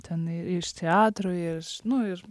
ten ir iš teatro ir iš nu